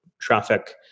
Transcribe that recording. traffic